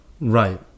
Right